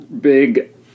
big